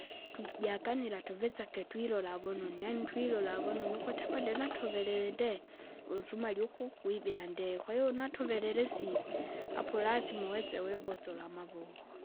Twijakanaila tuvesake twilola vununu yaani twilola vononu ukuti apandinatoverele inde. unsumari ugu gwibea ndee, kwahiyo kwahiyo unatoverele sivi, apo lasima uwestse webosila amavoko.